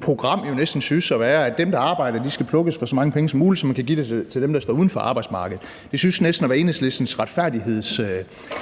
program jo næsten synes at være, at dem, der arbejder, skal plukkes for så mange penge som muligt, så man kan give dem til dem, der står uden for arbejdsmarkedet. Det synes næsten at være Enhedslistens retfærdighedsbegreb,